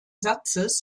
satzes